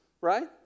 right